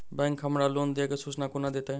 Bank हमरा loan देय केँ सूचना कोना देतय?